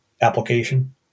application